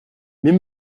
mais